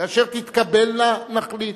כאשר תתקבלנה, נחליט.